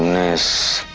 this?